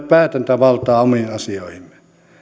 päätäntävaltaa omiin asioihimme